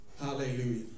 Hallelujah